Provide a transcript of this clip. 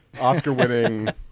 Oscar-winning